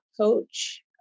coach